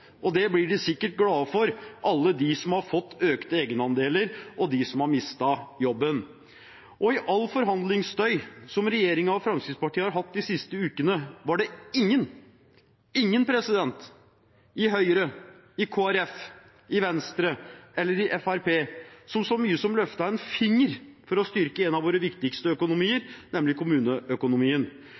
Det blir de sikkert glade for, alle de som har fått økte egenandeler, og alle de som har mistet jobben. I all forhandlingsstøy som regjeringen og Fremskrittspartiet har hatt de siste ukene, var det ingen – ingen – i Høyre, i Kristelig Folkeparti, i Venstre eller i Fremskrittspartiet som så mye som løftet en finger for å styrke en av våre viktigste økonomier, nemlig kommuneøkonomien.